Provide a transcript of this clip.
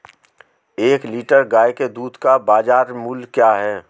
एक लीटर गाय के दूध का बाज़ार मूल्य क्या है?